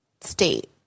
state